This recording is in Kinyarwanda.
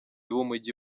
b’umujyi